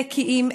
נקיים,